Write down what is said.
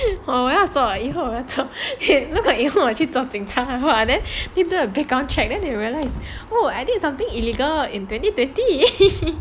oh 我要做我要以后我要做如果我以后要去做警察 then they do a background check then they realise oh I did something illegal in twenty twenty